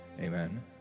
amen